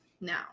now